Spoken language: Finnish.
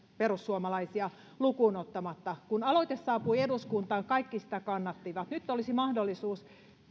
perussuomalaisia lukuun ottamatta kun aloite saapui eduskuntaan kaikki kannattivat sitä nyt olisi mahdollisuus